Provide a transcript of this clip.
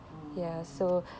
mm